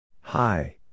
Hi